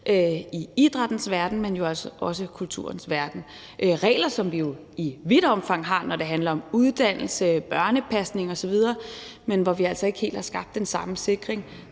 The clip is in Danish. i idrættens verden, men jo altså også i kulturens verden. Det er regler, som vi jo i vidt omfang har, når det handler om uddannelse, børnepasning osv., men vi har altså ikke helt skabt den samme sikring